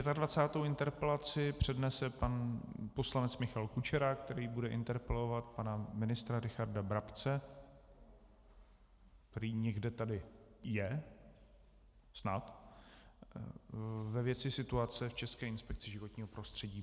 Pětadvacátou interpelaci přednese pan poslanec Michal Kučera, který bude interpelovat pana ministra Richarda Brabce, který někde tady je snad, ve věci situaci v České inspekci životního prostředí.